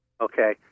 Okay